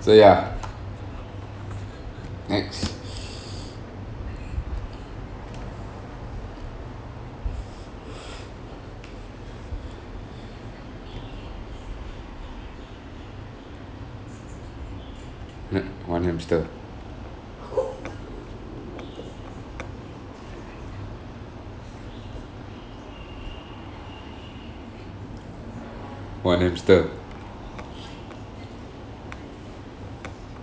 so ya next uh one hamster one hamster